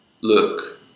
look